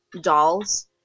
dolls